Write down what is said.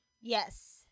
Yes